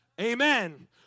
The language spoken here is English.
Amen